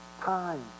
time